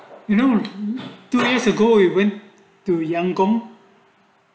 you know two years ago you when to young gong